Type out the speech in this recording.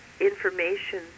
information